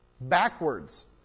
Backwards